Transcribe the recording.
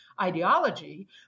ideology